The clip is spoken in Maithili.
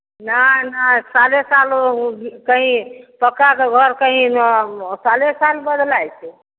नहि नहि साले साल ओ कहीं पक्काके घर कहीं साले साल बदलाइ छै